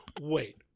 Wait